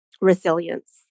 Resilience